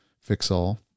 fix-all